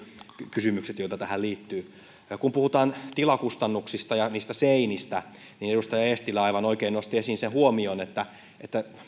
kysymykset joita tähän liittyy kun puhutaan tilakustannuksista ja niistä seinistä niin edustaja eestilä aivan oikein nosti esiin sen huomion että